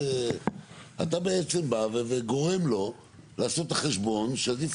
אתה בעצם בא וגורם לו לעשות את החשבון שעדיף